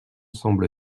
semble